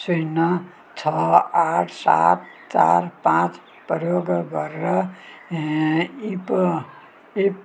शून्य छ आठ सात चार पाँच प्रयोग गरेर इपएफओ इप